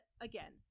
again